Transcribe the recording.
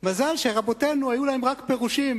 מזל שרבותינו היו להם רק פירושים,